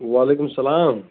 وعلیکُم اَسلام